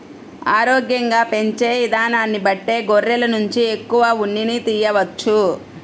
ఆరోగ్యంగా పెంచే ఇదానాన్ని బట్టే గొర్రెల నుంచి ఎక్కువ ఉన్నిని తియ్యవచ్చు